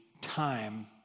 time